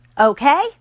okay